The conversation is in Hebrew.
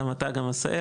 גם אתה עשהאל,